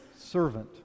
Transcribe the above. servant